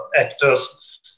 actors